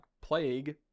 Plague